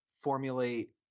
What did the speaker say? formulate